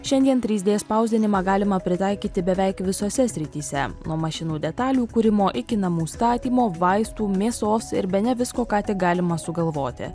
šiandien trys d spausdinimą galima pritaikyti beveik visose srityse nuo mašinų detalių kūrimo iki namų statymo vaistų mėsos ir bene visko ką tik galima sugalvoti